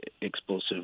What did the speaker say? explosive